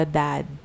dad